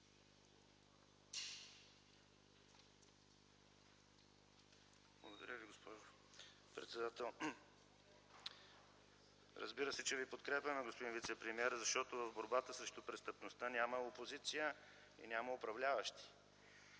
Благодаря Ви, госпожо председател. Разбира се, че Ви подкрепяме, господин вицепремиер. Защото в борбата срещу престъпността няма опозиция, няма управляващи